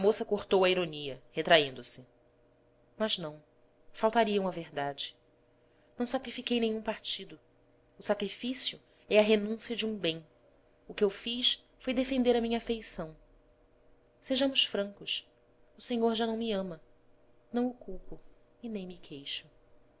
moça cortou a ironia retraindo se mas não faltariam à verdade não sacrifiquei nenhum partido o sacrifício é a renúncia de um bem o que eu fiz foi defender a minha afeição sejamos francos o senhor já não me ama não o culpo e nem me queixo